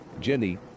Jenny